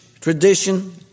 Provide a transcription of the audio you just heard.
tradition